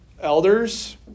elders